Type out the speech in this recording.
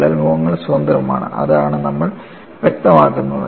വിള്ളൽ മുഖങ്ങൾ സ്വതന്ത്രമാണ് അതാണ് നമ്മൾ വ്യക്തമാക്കുന്നത്